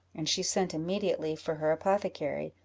and she sent immediately for her apothecary,